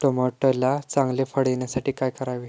टोमॅटोला चांगले फळ येण्यासाठी काय करावे?